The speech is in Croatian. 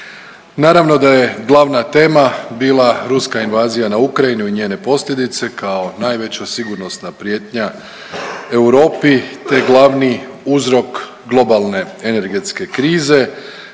Naravno da je glavna tema bila ruska invazija na Ukrajinu i njene posljedice kao najveća sigurnosna prijetnja Europi, te glavni uzrok globalne energetske krize,